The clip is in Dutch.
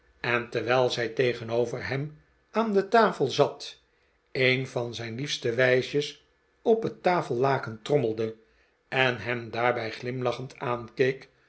en terwijl zij tegenover hem aan de tafel zat een van zijn liefste wijsjes op het tafellaken trommelde en hem daarbij glimlachend aankeek